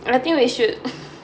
I think we should